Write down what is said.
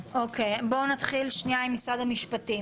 נתחיל עם משרד המשפטים.